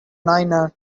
niner